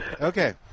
Okay